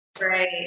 Right